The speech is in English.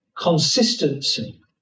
consistency